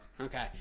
Okay